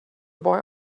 boy